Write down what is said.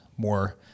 more